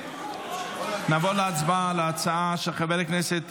נעבור להצבעה על ההצעה של חבר הכנסת